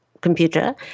computer